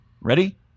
Ready